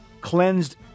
cleansed